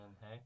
Hey